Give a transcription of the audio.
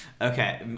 Okay